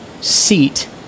seat